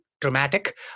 dramatic